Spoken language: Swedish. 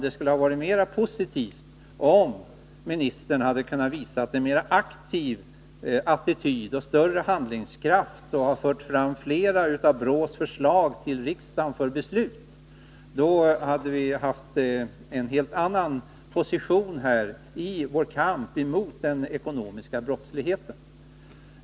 Det skulle ha varit mer positivt, om ministern hade kunnat visa upp en mer aktiv och handlingskraftig attityd och hade fört fram flera av BRÅ:s förslag till riksdagen för beslut. Då hade vi haft en helt annan position här i vår kamp mot den ekonomiska brottsligheten.